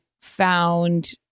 found